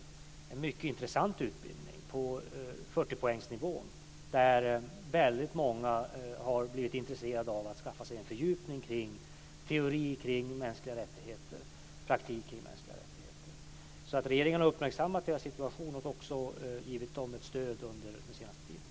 Det är en mycket intressant utbildning på 40 poängsnivån där väldigt många har blivit intresserade av att skaffa sig en fördjupning i teori om mänskliga rättigheter och praktik i mänskliga rättigheter. Regeringen har alltså uppmärksammat situationen och också givit högskolorna ett stöd under den senaste tiden.